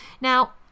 Now